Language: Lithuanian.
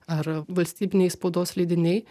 ar valstybiniai spaudos leidiniai